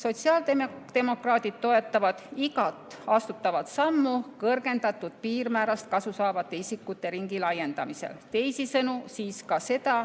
Sotsiaaldemokraadid toetavad igat astutavat sammu kõrgendatud piirmäärast kasu saavate isikute ringi laiendamisel, teisisõnu siis ka seda,